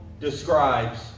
describes